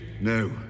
No